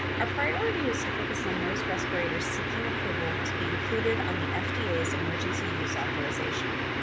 our priority is to focus on those respirators seeking approval to be included on the fda's emergency use authorization,